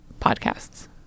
podcasts